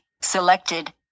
selected